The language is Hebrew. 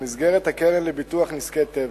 במסגרת הקרן לביטוח נזקי טבע.